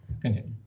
continue